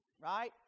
right